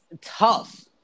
tough